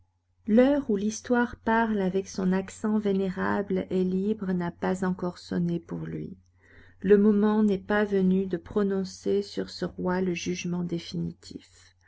l'heure où l'histoire parle avec son accent vénérable et libre n'a pas encore sonné pour lui le moment n'est pas venu de prononcer sur ce roi le jugement définitif